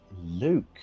Luke